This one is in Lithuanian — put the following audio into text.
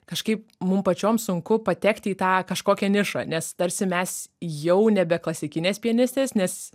kažkaip mum pačiom sunku patekti į tą kažkokią nišą nes tarsi mes jau nebe klasikinės pianistės nes